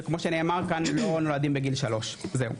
שכמו שנאמר כאן לא נולדים בגיל שלוש זהו.